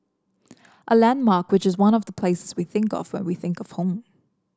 a landmark which is one of the places we think of when we think of home